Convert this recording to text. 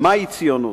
מהי ציונות.